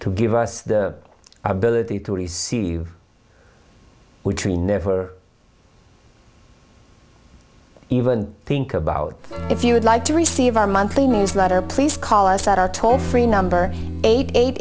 to give us the ability to receive which we never even think about if you would like to receive our monthly newsletter please call us at our toll free number eight